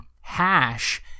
hash